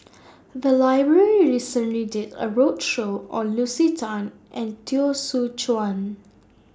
The Library recently did A roadshow on Lucy Tan and Teo Soon Chuan